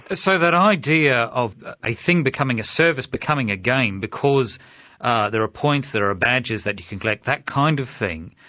ah so that idea of a thing becoming a service, becoming a game because there are points, there are badges that you can collect, that kind of thing,